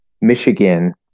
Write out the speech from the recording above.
Michigan